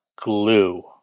Glue